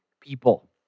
people